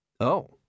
Oh